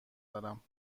دارم